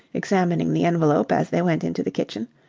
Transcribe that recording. examining the envelope as they went into the kitchen.